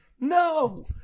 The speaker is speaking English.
No